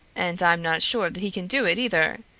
and i'm not sure that he can do it, either.